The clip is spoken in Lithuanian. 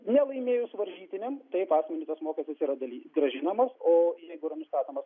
nelaimėjus varžytinėm taip asmeniui tas mokestis yra daly grąžinamas o jeigu yra nustatomas